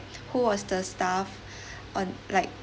who was the staff on like